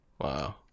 Wow